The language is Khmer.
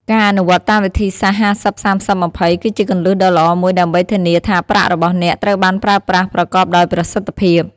ការអនុវត្តតាមវិធីសាស្ត្រ ៥០/៣០/២០ គឺជាគន្លឹះដ៏ល្អមួយដើម្បីធានាថាប្រាក់របស់អ្នកត្រូវបានប្រើប្រាស់ប្រកបដោយប្រសិទ្ធភាព។